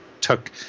took